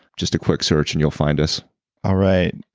just a quick search and you'll find us all right.